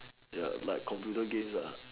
ya like computer games uh